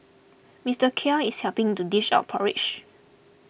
Mister Khair is helping to dish out porridge